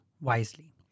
wisely